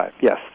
yes